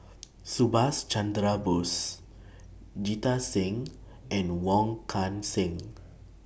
Subhas Chandra Bose Jita Singh and Wong Kan Seng